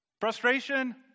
frustration